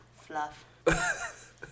fluff